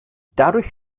dadurch